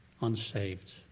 unsaved